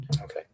Okay